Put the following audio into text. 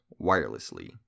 wirelessly